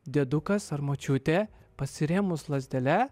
dėdukas ar močiutė pasirėmus lazdele